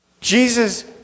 Jesus